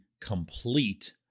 complete